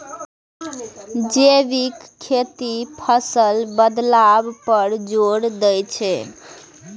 जैविक खेती फसल बदलाव पर जोर दै छै